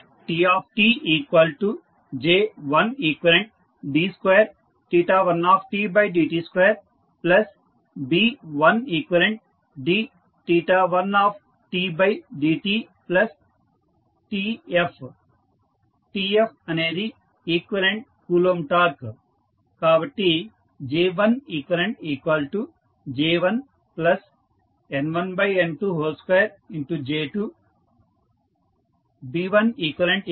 TtJ1ed21tdt2B1ed1tdtTF TF అనేది equivalent Coulomb torque